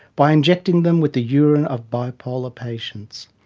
by injecting them with the urine of bipolar patients.